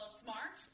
smart